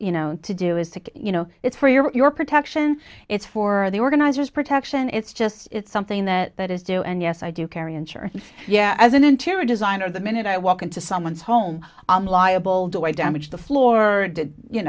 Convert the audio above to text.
you know to do is to you know it's for your protection it's for the organizers protection it's just it's something that that is do and yes i do carry insurance yeah as an interior designer the minute i walk into someone's home i'm liable do i damage the floor